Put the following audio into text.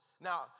Now